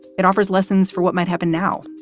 it offers lessons for what might happen now,